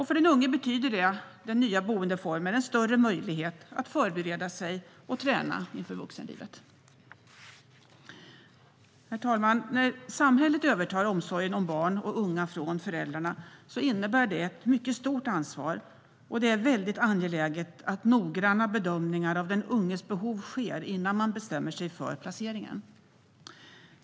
För den unge betyder den nya boendeformen en större möjlighet att förbereda sig och träna inför vuxenlivet. Herr talman! När samhället övertar omsorgen om barn och unga från föräldrarna innebär det ett mycket stort ansvar, och det är mycket angeläget att noggranna bedömningar av den unges behov sker innan man bestämmer sig för placeringen.